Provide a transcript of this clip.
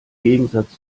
gegensatz